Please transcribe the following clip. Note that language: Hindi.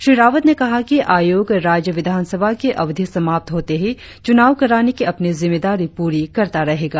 श्री रावत ने कहा कि आयोग राज्य विधानसभा की अवधि समाप्त होते ही चुनाव कराने की अपनी जिम्मेदारी पूरी करता रहेगा